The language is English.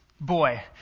boy